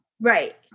Right